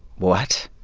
what?